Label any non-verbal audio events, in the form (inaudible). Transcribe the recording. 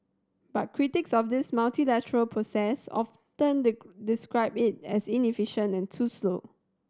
but critics of this multilateral process often (unintelligible) describe it as inefficient and too slow